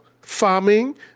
farming